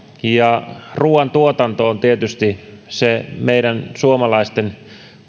ja ruuantuotanto on tietysti se meidän suomalaisten